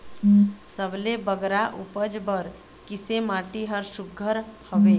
सबले बगरा उपज बर किसे माटी हर सुघ्घर हवे?